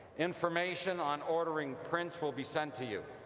information on ordering prints will be sent to you.